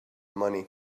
money